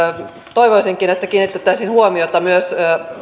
toivoisinkin että kiinnitettäisiin huomiota myös